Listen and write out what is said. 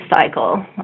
cycle